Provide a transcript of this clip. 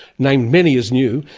naming many as new.